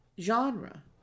Genre